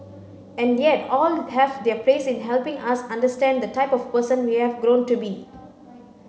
and yet all have their place in helping us understand the type of person we have grown to be